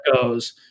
goes